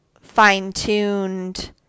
fine-tuned